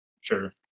Sure